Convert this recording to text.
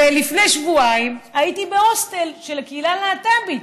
ולפני שבועיים הייתי בהוסטל של הקהילה הלהט"בית.